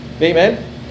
Amen